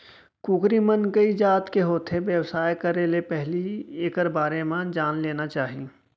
कुकरी मन कइ जात के होथे, बेवसाय करे ले पहिली एकर बारे म जान लेना चाही